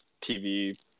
TV